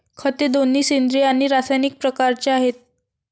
खते दोन्ही सेंद्रिय आणि रासायनिक प्रकारचे आहेत